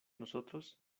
nosotros